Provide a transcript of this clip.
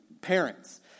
parents